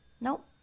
Nope